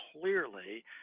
clearly